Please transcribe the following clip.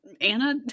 Anna